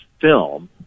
film